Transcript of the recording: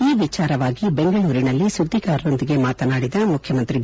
ಈ ವಿಚಾರವಾಗಿ ಬೆಂಗಳೂರಿನಲ್ಲಿ ಸುದ್ಲಿಗಾರರೊಂದಿಗೆ ಮಾತನಾಡಿದ ಮುಖ್ಯಮಂತ್ರಿ ಬಿ